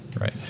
right